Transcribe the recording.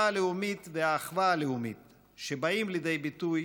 הלאומית והאחווה הלאומית שבאות לידי ביטוי